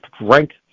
rank